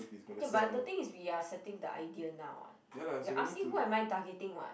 ya but the thing is we are setting the idea now what you're asking who am I targeting [what]